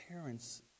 parents